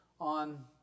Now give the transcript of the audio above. on